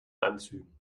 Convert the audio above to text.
anzügen